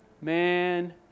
man